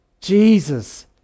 Jesus